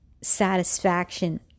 satisfaction